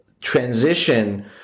transition